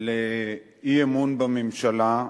לאי-אמון בממשלה,